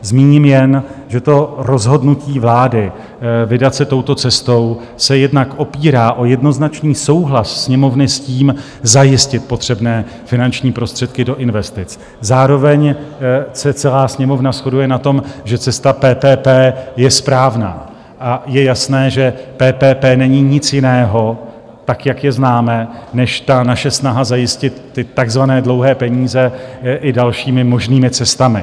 Zmíním jen, že rozhodnutí vlády vydat se touto cestou se jednak opírá o jednoznačný souhlas Sněmovny s tím, zajistit potřebné finanční prostředky do investic, zároveň se celá Sněmovna shoduje na tom, že cesta PPP správná a je jasné, že PPP není nic jiného, jak je známe, než naše snaha zajistit takzvané dlouhé peníze i dalšími možnými cestami.